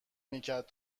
میکرد